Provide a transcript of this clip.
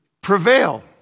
prevail